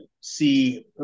see